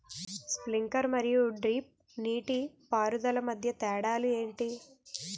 Sprinkler మరియు drip నీటిపారుదల మధ్య తేడాలు ఏంటి?